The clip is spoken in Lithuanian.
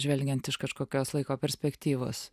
žvelgiant iš kažkokios laiko perspektyvos